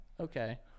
Okay